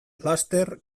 laster